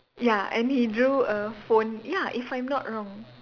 ya and he drew a phone ya if I'm not wrong